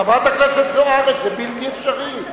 חברת הכנסת זוארץ, זה בלתי אפשרי.